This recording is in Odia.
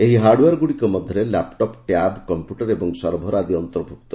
ଏହି ହାର୍ଡଓ୍ବୟାର୍ ଗୁଡ଼ିକ ମଧ୍ୟରେ ଲ୍ୟାପ୍ଟପ୍ ଟ୍ୟାବ୍ କମ୍ପ୍ୟୁଟର ଓ ସର୍ଭର ପ୍ରଭୂତି ଅନ୍ତର୍ଭୁକ୍ତ